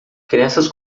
crianças